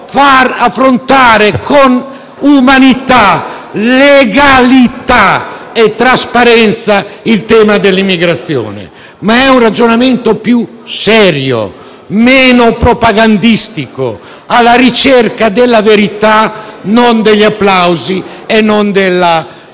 far affrontare con umanità, legalità e trasparenza il tema dell'immigrazione, ma un ragionamento più serio, meno propagandistico, alla ricerca della verità e non degli applausi e della